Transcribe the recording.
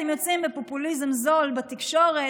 אתם יוצאים בפופוליזם זול בתקשורת,